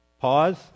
Pause